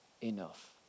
enough